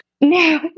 No